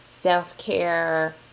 self-care